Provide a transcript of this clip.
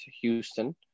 Houston